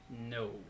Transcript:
No